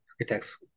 architects